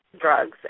drugs